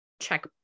check